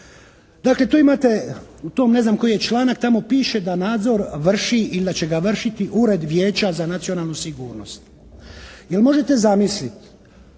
Dakle, tu imate, u tom ne znam koji je članak tamo piše da nadzor vrši ili da će ga vršiti Ured vijeća za nacionalnu sigurnost. Jel možete zamisliti